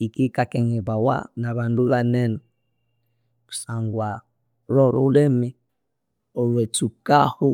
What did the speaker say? yikikakengebawa nabandu banene kusangwa lholhulhimi olwatsukahu